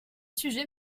sujets